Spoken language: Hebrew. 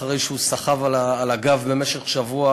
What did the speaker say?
אחרי שהוא סחב על הגב במשך שבוע